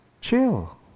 chill